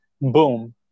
Boom